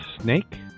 snake